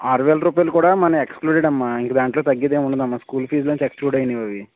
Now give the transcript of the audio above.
ఆరువేల రూపాయలు కూడా మన ఎక్సక్లూసివ్ అమ్మా ఇంకా దాంట్లో తగ్గేది ఏమి ఉండదమ్మా స్కూల్ ఫీజ్లోంచి ఎక్సక్లూడ్ అయినవి అవి